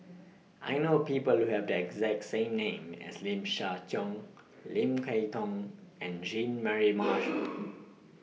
I know People Who Have The exact same name as Lim Siah Tong Lim Kay Tong and Jean Mary Marshall